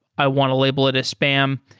i want to label it as spam.